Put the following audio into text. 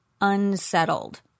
unsettled